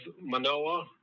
Manoa